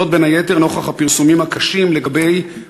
בין היתר נוכח הפרסומים הקשים לגבי